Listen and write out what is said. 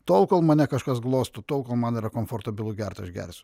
tol kol mane kažkas glosto tol kol man yra komfortabilu gerti aš gersiu